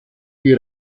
die